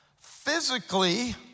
physically